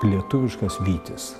lietuviškas vytis